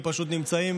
הם פשוט נמצאים